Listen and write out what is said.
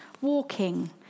Walking